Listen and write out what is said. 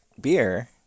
beer –